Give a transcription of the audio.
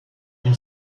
une